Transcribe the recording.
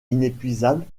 inépuisable